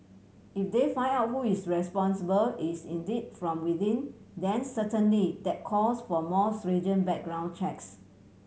if they find out who is responsible is indeed from within then certainly that calls for more stringent background checks